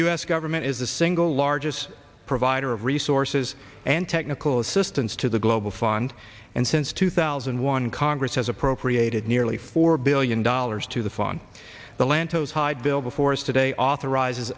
s government is the single largest provider of resources and technical assistance to the global fund and since two thousand and one congress has appropriated nearly four billion dollars to the fun the lantos hyde bill before us today authorizes